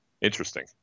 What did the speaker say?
Interesting